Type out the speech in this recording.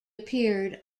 appeared